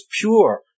pure